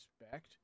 expect